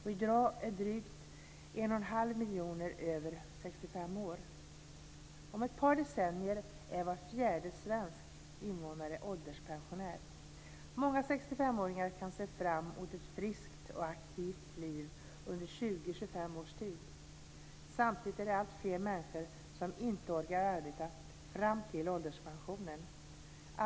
I dag är drygt 1 1⁄2 miljon människor över 65 år. Många 65 åringar kan se fram mot ett friskt och aktivt liv under 20-25 års tid. Samtidigt är det alltfler människor som inte orkar arbeta fram till ålderspensionen.